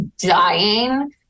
dying